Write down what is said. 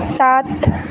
सात